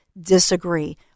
disagree